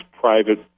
private